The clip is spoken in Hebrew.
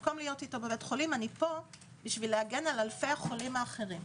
במקום להיות איתו בבית חולים אני פה כדי להגן על אלפי החולים האחרים.